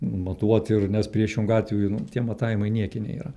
matuot ir nes priešingu atveju nu tie matavimai niekiniai yra